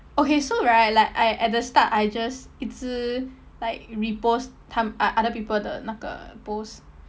okay so right like I at the start I just 一直 like repost 他 uh other people the 那个 post